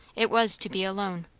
it was, to be alone.